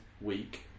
week